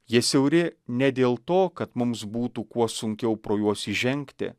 jie siauri ne dėl to kad mums būtų kuo sunkiau pro juos įžengti